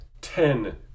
ten